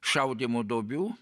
šaudymo duobių